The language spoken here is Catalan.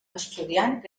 estudiant